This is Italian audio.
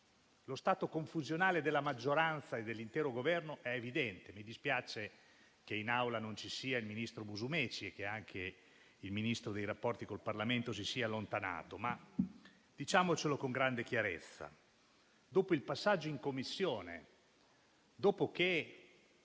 Lo stato confusionale della maggioranza e dell'intero Governo è evidente. Mi dispiace che in Aula non ci sia il ministro Musumeci e che anche il Ministro per i rapporti con il Parlamento si sia allontanato, ma diciamoci con grande chiarezza che dopo il passaggio in Commissione, dopo che